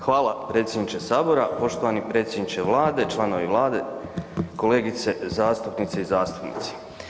Hvala predsjedniče Sabora, poštovani predsjedniče Vlade, članovi Vlade, kolegice zastupnice i zastupnici.